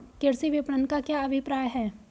कृषि विपणन का क्या अभिप्राय है?